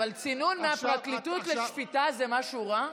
אבל צינון מהפרקליטות לשפיטה זה משהו רע?